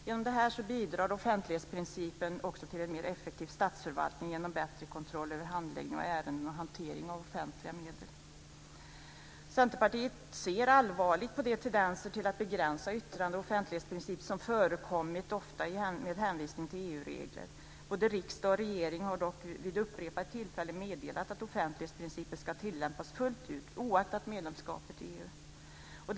Genom detta bidrar offentlighetsprincipen också till en mer effektiv statsförvaltning genom bättre kontroll över handläggning av ärenden och hantering av offentliga medel. Centerpartiet ser allvarligt på de tendenser till att begränsa yttrandefrihets och offentlighetsprinciperna som förekommit, ofta med hänvisning till EU-regler. Både riksdag och regering har vid upprepade tillfällen meddelat att offentlighetsprincipen ska tillämpas fullt ut oaktat medlemskapet i EU.